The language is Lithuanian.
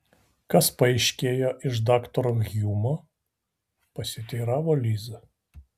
kas paaiškėjo iš daktaro hjumo pasiteiravo liza